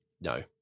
no